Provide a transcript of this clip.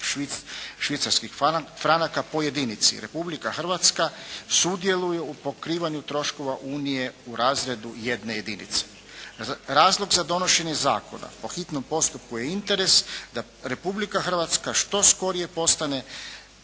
švicarskih franaka po jedinici. Republika Hrvatska sudjeluje u pokrivanju troškova Unije u razredu jedne jedinice. Razlog za donošenje zakona po hitnom postupku je interes da Republika Hrvatska što skorije postane